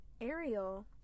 Ariel